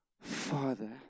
father